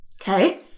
Okay